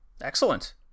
Excellent